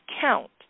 count